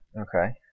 okay